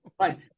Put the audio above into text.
right